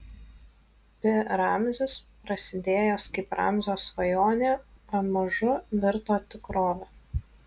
pi ramzis prasidėjęs kaip ramzio svajonė pamažu virto tikrove